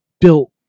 built